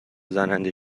زننده